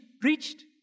preached